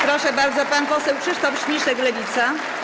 Proszę bardzo, pan poseł Krzysztof Śmiszek, Lewica.